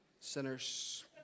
sinners